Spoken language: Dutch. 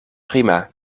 prima